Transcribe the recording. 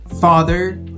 father